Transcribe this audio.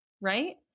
Right